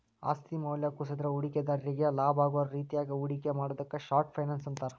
ಆಸ್ತಿ ಮೌಲ್ಯ ಕುಸದ್ರ ಹೂಡಿಕೆದಾರ್ರಿಗಿ ಲಾಭಾಗೋ ರೇತ್ಯಾಗ ಹೂಡಿಕೆ ಮಾಡುದಕ್ಕ ಶಾರ್ಟ್ ಫೈನಾನ್ಸ್ ಅಂತಾರ